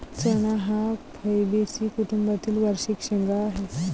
चणा हा फैबेसी कुटुंबातील वार्षिक शेंगा आहे